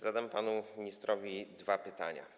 Zadam panu ministrowi dwa pytania.